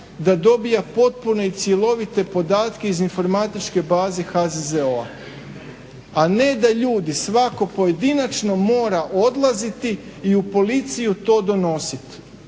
da dobije potpune i cjelovite podatke iz informatičke baze HZZO-a, a ne da ljudi svako pojedinačno mora odlaziti i u policiju to donosit.